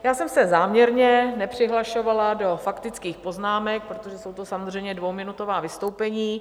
Já jsem se záměrně nepřihlašovala do faktických poznámek, protože jsou to samozřejmě dvouminutová vystoupení.